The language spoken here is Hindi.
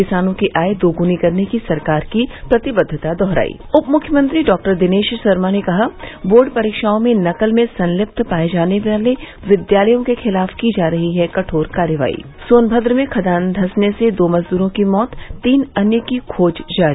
किसानों की आय दोगुनी करने की सरकार की प्रतिबद्वता दोहरायी उप मुख्यमंत्री डॉ दिनेश शर्मा ने कहा बोर्ड परीक्षाओं में नकल में संलिप्त पाए जाने विद्यालयों के खिलाफ की जा रही है कठोर कार्रवाई सोनभद्र में खदान धंसने से दो मजदूरों की मौत तीन अन्य की खोज जारी